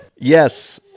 Yes